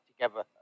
together